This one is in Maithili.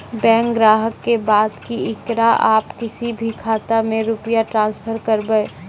बैंक ग्राहक के बात की येकरा आप किसी भी खाता मे रुपिया ट्रांसफर करबऽ?